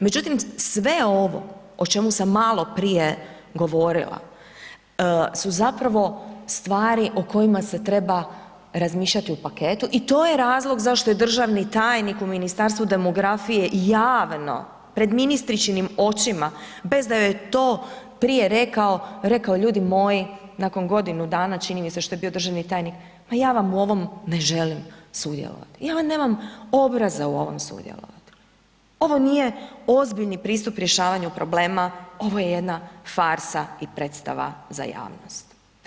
Međutim sve ovo o čemu sam maloprije govorila su zapravo stvari o kojima se treba razmišljati u paketu i to je razlog zašto je državni tajnik u Ministarstvu demografije javno pred ministričinim očima bez da joj je to prije rekao, rekao ljudi moji, nakon godinu dana, čini mi se što je bio državni tajnik, pa ja vam u ovom ne želim sudjelovati, ja nemam obraza u ovom sudjelovat, ovo nije ozbiljni pristup rješavanju problema, ovo je jedna farsa i predstava za javnost.